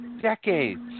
decades